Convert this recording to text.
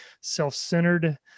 self-centered